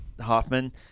Hoffman